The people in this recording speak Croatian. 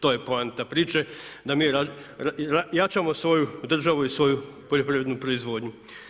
To je poanta priče, da mi jačamo svoju državu i svoju poljoprivrednu proizvodnju.